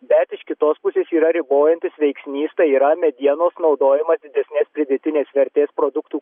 bet iš kitos pusės yra ribojantis veiksnys tai yra medienos naudojimo didesnės pridėtinės vertės produktų